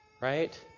Right